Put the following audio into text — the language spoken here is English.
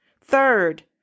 Third